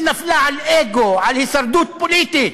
היא נפלה על אגו, על הישרדות פוליטית.